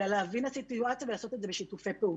אלא להבין את הסיטואציה ולעשות את זה בשיתופי פעולה.